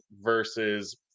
versus